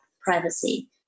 privacy